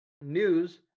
news